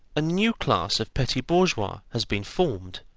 a new class of petty bourgeois has been formed,